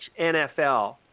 NFL